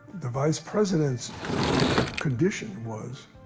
the vice president's condition was